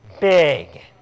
big